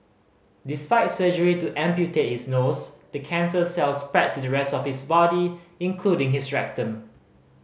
despite surgery to amputate is nose the cancer cells spread to the rest of his body including his rectum